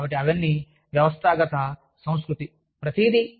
కాబట్టి అవన్నీ వ్యవస్థల సంస్థాగత సంస్కృతి ప్రతిదీ